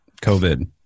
COVID